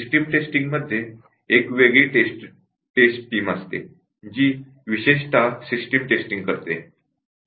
system टेस्टिंगमध्ये एक वेगळी टेस्ट टीम असते जी विशेषत सिस्टम टेस्टिंग करते